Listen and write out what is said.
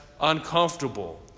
uncomfortable